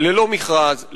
ללא מכרז,